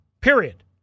period